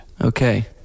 Okay